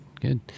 Good